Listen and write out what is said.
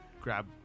grab